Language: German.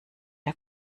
der